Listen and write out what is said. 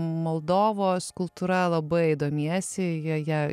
moldovos kultūra labai domiesi joje